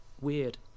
weird